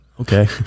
okay